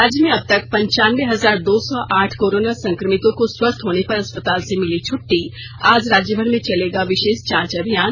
राज्य में अबतक पनचानबे हजार दो सौ आठ कोरोना संक्रमितों को स्वस्थ होने पर अस्पताल से मिली छ्ट्टी आज राज्यभर में चलेगा विशेष जांच अभियान